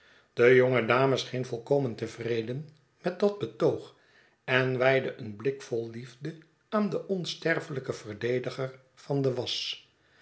de jonge dame scheen volkomen tevreden met dat betoog en wijdde een blik vol liefde aan den onsterfelijken verdediger van de was